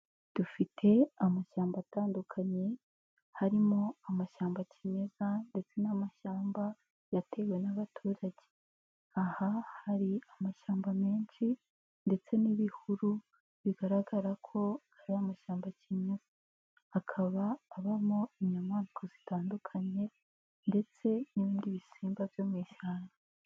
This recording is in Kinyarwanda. Dufite amashyamba atandukanye, harimo amashyamba kimeza ndetse n'amashyamba yatewe n'abaturage, aha hari amashyamba menshi ndetse n'ibihuru bigaragara ko ari amashyamba kimeza, hakaba abamo inyamaswa zitandukanye ndetse n'ibindi bisimba byo mu ishyamba.